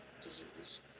disease